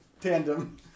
Tandem